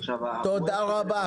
תודה רבה,